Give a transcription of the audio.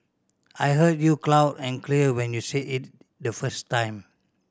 I heard you cloud and clear when you said it the first time